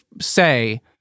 say